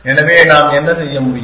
எனவே நாம் என்ன செய்ய முடியும்